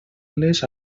les